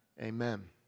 amen